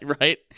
Right